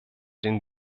den